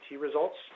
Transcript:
results